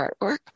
artwork